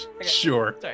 Sure